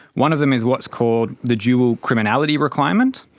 one of them is what's called the dual criminality requirement.